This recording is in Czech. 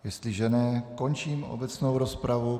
Jestliže ne, končím obecnou rozpravu.